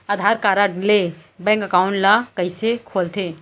आधार card ले bank account ल कइसे खोलथे?